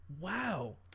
Wow